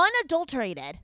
unadulterated